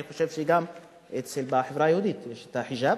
אני חושב שגם בחברה היהודית יש חג'אב.